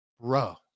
Bro